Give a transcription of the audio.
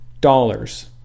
dollars